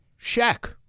Shaq